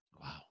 Wow